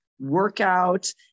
workout